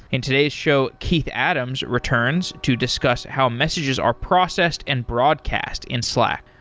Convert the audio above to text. in today's show, keith adams returns to discuss how messages are processed and broadcast in slack.